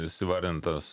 jis įvardintas